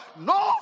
no